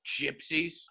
gypsies